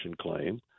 claim